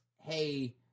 Hey